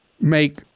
make